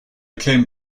came